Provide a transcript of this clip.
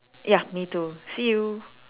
ya me too see you